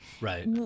Right